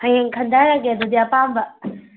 ꯍꯌꯦꯡ ꯈꯟꯗꯔꯒꯦ ꯑꯗꯨꯗꯤ ꯑꯄꯥꯝꯕ